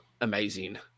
amazing